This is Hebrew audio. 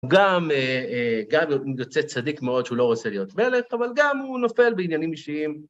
גם יוצא צדיק מאוד שהוא לא רוצה להיות מלך, אבל גם הוא נופל בעניינים אישיים.